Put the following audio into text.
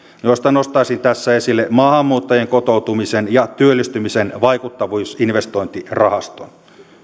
joista nostaisin tässä esille maahanmuuttajien kotoutumisen ja työllistymisen vaikuttavuusinvestointirahaston